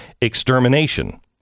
extermination